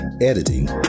editing